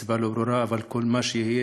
הסיבה לא ברורה, אבל כל מה שיהיה,